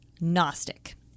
gnostic